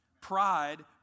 Pride